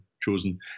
chosen